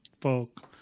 folk